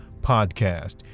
podcast